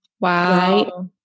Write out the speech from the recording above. Wow